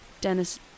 Dennis